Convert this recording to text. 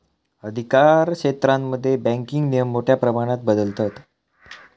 अधिकारक्षेत्रांमध्ये बँकिंग नियम मोठ्या प्रमाणात बदलतत